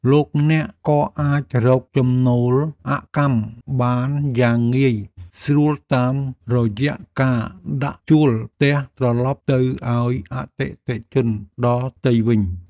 លោកអ្នកក៏អាចរកចំណូលអកម្មបានយ៉ាងងាយស្រួលតាមរយៈការដាក់ជួលផ្ទះត្រឡប់ទៅឱ្យអតិថិជនដទៃវិញ។